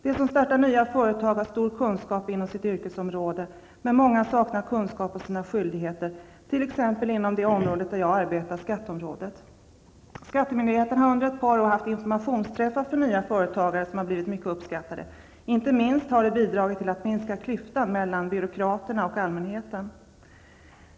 De som startar nya företag har stor kunskap inom sitt yrkesområde, men många saknar kunskap om sina skyldigheter t.ex. inom det område där jag arbetar, skatteområdet. Skattemyndigheterna har under ett par år för nya företagare haft informationsträffar, som har blivit mycket uppskattade. Inte minst har de bidragit till att minska klyftan mellan byråkraterna och allmänheten.